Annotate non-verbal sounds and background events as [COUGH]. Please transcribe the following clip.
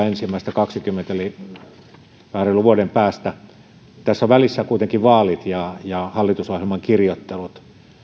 [UNINTELLIGIBLE] ensimmäistä kaksituhattakaksikymmentä eli vähän reilun vuoden päästä tässä on välissä kuitenkin vaalit ja ja hallitusohjelman kirjoittelut